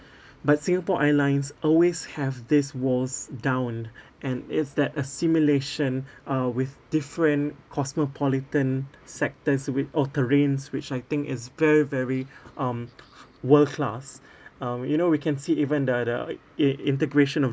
but Singapore Airlines always have these walls down and it's that assimilation uh with different cosmopolitan sectors with au terrains which I think is very very um world-class um you know we can see even the the int~ integration of